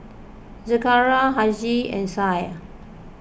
Zakaria Aishah and Syah